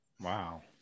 wow